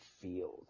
field